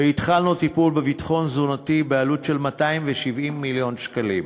והתחלנו טיפול בביטחון תזונתי בעלות של 270 מיליון שקלים,